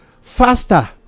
faster